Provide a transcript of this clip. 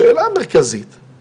השאלה המרכזית היא